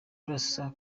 urasa